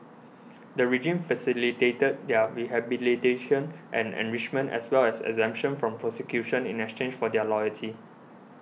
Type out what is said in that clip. the regime facilitated their rehabilitation and enrichment as well as exemption from prosecution in exchange for their loyalty